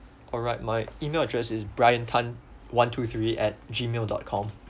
alright my email address is bryan tan one two three at gmail dot com